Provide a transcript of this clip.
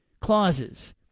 clauses